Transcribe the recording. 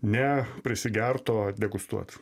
ne prisigert o degustuot